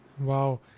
Wow